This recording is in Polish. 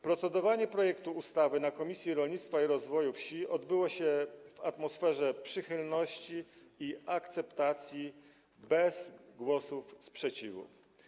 Procedowanie nad projektem ustawy w ramach Komisji Rolnictwa i Rozwoju Wsi odbyło się w atmosferze przychylności i akceptacji, bez głosów sprzeciwu.